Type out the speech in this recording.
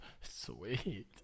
sweet